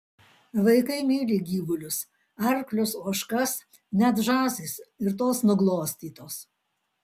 vaikai myli gyvulius arklius ožkas net žąsys ir tos nuglostytos